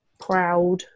proud